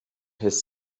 his